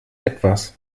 etwas